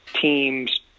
teams